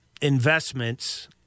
investments—